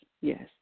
yes